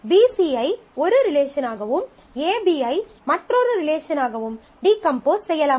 BCயை ஒரு ரிலேஷனாகவும் ABயை மற்றொரு ரிலேஷனாகவும் டீகம்போஸ் செய்யலாம்